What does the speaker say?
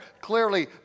Clearly